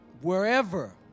wherever